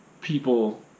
people